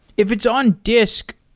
if it's on disk,